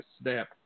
step